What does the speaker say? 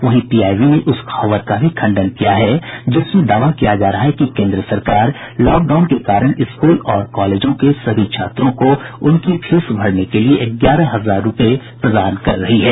वहीं पीआईबी ने उस खबर का भी खंडन किया है जिसमें दावा किया जा रहा है कि केन्द्र सरकार लॉकडाउन के कारण स्कूल और कॉलेजों के सभी छात्रों को उनकी फीस भरने के लिए ग्यारह हजार रूपये प्रदान कर रही है